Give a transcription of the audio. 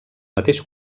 mateix